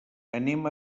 anem